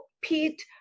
Pete